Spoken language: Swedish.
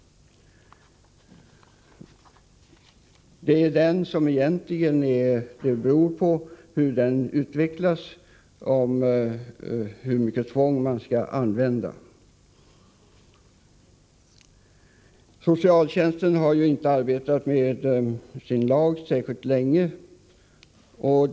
Det beror på socialtjänsten hur mycket tvång som skall användas. Socialtjänstlagen har inte funnits särskilt länge.